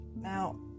Now